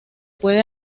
puede